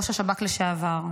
ראש השב"כ לשעבר.